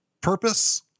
purpose